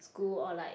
school or like